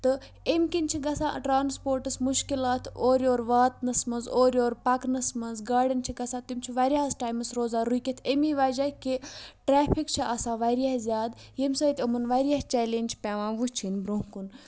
تہٕ امہِ کِنۍ چھِ گژھان ٹرٛانسپوٹَس مُشکِلات اورٕ یور واتنَس منٛز اورٕ یور پَکنَس منٛز گاڑٮ۪ن چھِ گژھان تِم چھِ واریاہَس ٹایمَس روزان رُکِتھ امی وَجہ کہِ ٹرٛیفِک چھِ آسان واریاہ زیادٕ ییٚمہِ سۭتۍ یِمَن واریاہ چَلینٛج چھِ پٮ۪وان وٕچھِنۍ برونٛہہ کُن